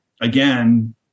again